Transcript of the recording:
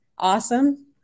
Awesome